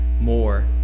more